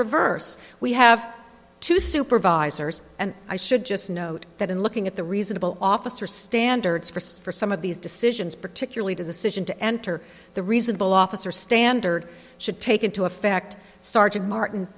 reverse we have two supervisors and i should just note that in looking at the reasonable officer standards for for some of these decisions particularly decision to enter the reasonable officer standard should take into effect sergeant martin